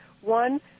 one